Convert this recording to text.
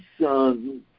son